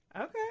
okay